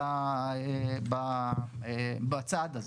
בצעד הזה.